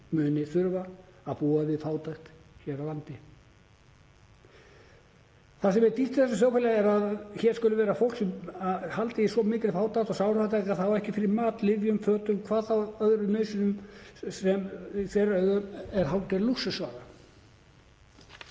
muni þurfa að búa við fátækt hér á landi. Það sem er dýrt í þessu samfélagi er að hér skuli vera fólk sem er haldið í svo mikilli fátækt og sárafátækt að það á ekki fyrir mat, lyfjum, fötum, hvað þá öðrum nauðsynjum sem í þeirra augum er hálfgerð lúxusvara.